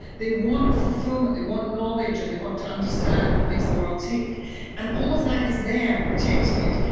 they want fulfilment, they want knowledge and they want to understand what makes the world tick and all of that is there protecting it,